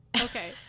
Okay